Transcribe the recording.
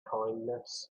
kindness